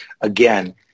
again